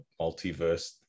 multiverse